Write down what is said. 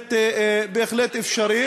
בהחלט אפשרי.